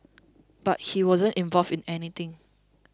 but he wasn't involved in anything